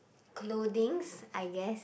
clothings I guess